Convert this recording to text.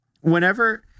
whenever